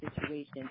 situation